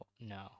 No